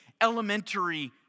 elementary